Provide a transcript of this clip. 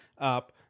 up